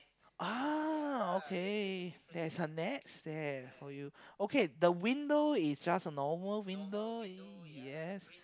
ah okay there is a nest there for you okay the window is just a normal window yes